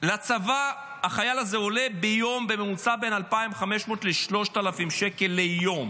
לצבא החייל הזה עולה ביום בממוצע בין 2,500 ל-3,000 שקל ליום.